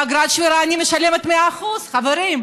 באגרת שמירה אני משלמת 100%. חברים,